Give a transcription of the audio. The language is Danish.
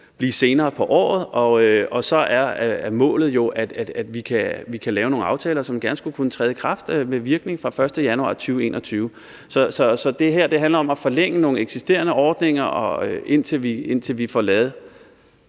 blive senere på året, og så er målet jo, at vi kan lave nogle aftaler, som gerne skulle kunne træde i kraft med virkning fra den 1. januar 2021. Så det her handler om at forlænge nogle eksisterende ordninger, indtil vi får lavet